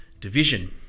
division